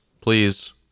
Please